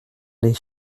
les